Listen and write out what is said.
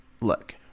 look